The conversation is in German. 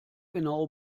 genau